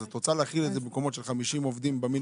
אז את רוצה להחיל את זה במקומות של 50 עובדים במינימום?